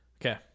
Okay